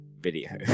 video